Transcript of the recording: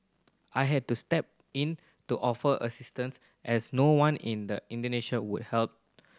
I had to step in to offer assistance as no one in the Indonesia would help